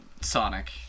Sonic